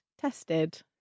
Tested